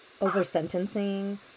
over-sentencing